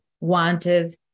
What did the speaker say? wanted